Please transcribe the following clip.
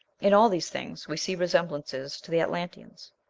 in all these things we see resemblances to the atlanteans.